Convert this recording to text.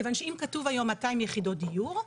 כיוון שאם כתוב היום 200 יחידות דיור,